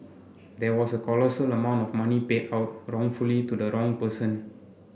there was a colossal amount of money paid out wrongfully to the wrong person